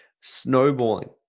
Snowballing